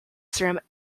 ceramic